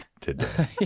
today